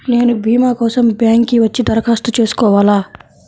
నేను భీమా కోసం బ్యాంక్కి వచ్చి దరఖాస్తు చేసుకోవాలా?